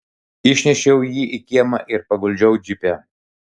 išnešiau jį į kiemą ir paguldžiau džipe